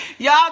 Y'all